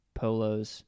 polos